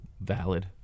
valid